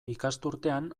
ikasturtean